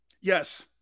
Yes